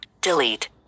Delete